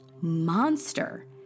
monster